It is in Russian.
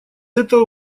этого